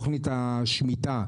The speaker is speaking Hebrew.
תוכנית השמיטה,